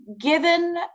given